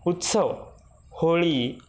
उत्सव होळी